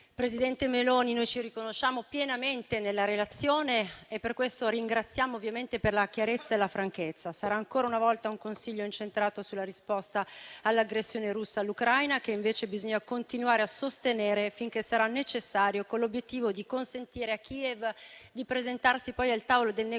Presidente Meloni, noi ci riconosciamo pienamente nella relazione e per questo ringraziamo ovviamente per la chiarezza e la franchezza. Sarà ancora una volta un Consiglio incentrato sulla risposta all'aggressione russa all'Ucraina, che invece bisogna continuare a sostenere finché sarà necessario, con l'obiettivo di consentire a Kiev di presentarsi poi al tavolo del negoziato